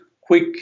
quick